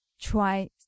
try